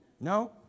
No